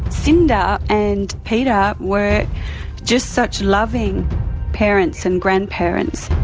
cynda and peter were just such loving parents and grandparents.